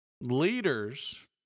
Leaders